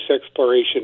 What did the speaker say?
exploration